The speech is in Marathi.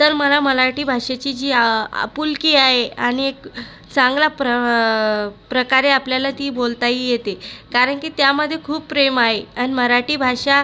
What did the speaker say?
तर मला मराठी भाषेची जी आ आपुलकी आहे आणि एक चांगल्या प्र प्रकारे आपल्याला ती बोलताही येते कारण की त्यामध्ये खूप प्रेम आहे आणि मराठी भाषा